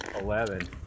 eleven